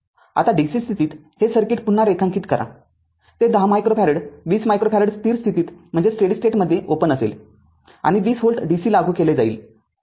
आता dc स्थितीत हे सर्किट पुन्हा रेखांकित करा ते १० मायक्रो फॅरेड २० मायक्रो फॅरेड स्थिर स्थितीत ओपन असेल आणि २० व्होल्ट dc लागू केले आहे